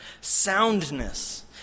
soundness